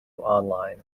online